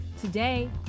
Today